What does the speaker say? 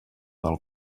del